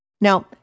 Now